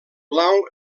blau